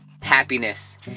happiness